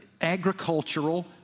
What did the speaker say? Agricultural